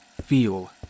feel